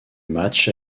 match